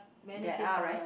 they are right